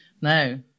No